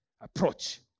approach